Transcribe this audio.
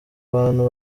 bantu